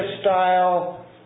style